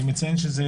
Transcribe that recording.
אני מציין שזה